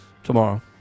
Tomorrow